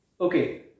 Okay